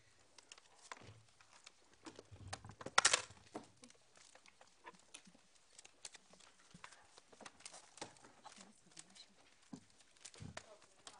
ננעלה בשעה 12:11.